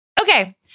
Okay